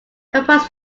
compose